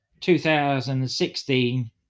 2016